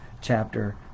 chapter